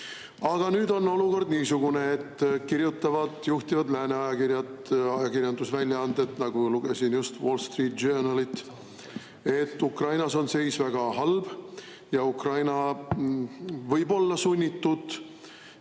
Aga nüüd on olukord niisugune, et kirjutavad juhtivad Lääne ajakirjad, ajakirjandusväljaanded, näiteks lugesin just Wall Street Journalit, et Ukrainas on seis väga halb ja Ukraina võib olla sunnitud